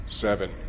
seven